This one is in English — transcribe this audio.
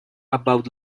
about